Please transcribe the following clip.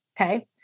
Okay